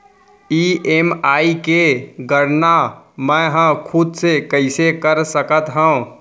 EMI के गड़ना मैं हा खुद से कइसे कर सकत हव?